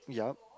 yup